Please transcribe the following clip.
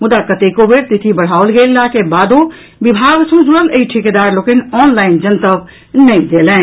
मुदा कतेको बेर तिथि बढ़ाओल गेला के बादो विभाग सँ जुड़ल एहि ठिकेदार लोकनि ऑनलाइन जनतब नहि देलनि